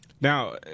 Now